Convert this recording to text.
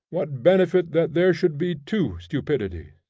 what benefit that there should be two stupidities!